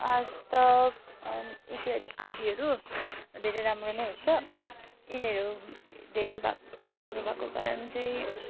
आजतक अनि इत्यादि आदिहरू धेरै राम्रो नै हुन्छ यिनीहरू धेरै भएको राम्रो भएको कारण चाहिँ